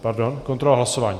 Pardon, kontrola hlasování.